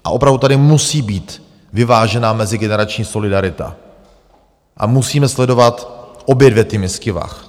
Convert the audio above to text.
A opravdu tady musí být vyvážená mezigenerační solidarita a musíme sledovat obě dvě ty misky vah.